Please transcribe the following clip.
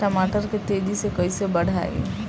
टमाटर के तेजी से कइसे बढ़ाई?